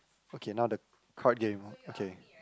okay now the card game okay